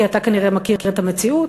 כי אתה כנראה מכיר את המציאות.